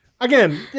Again